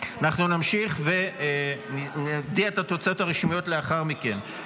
אנחנו נמשיך ונודיע את התוצאות הרשמיות לאחר מכן.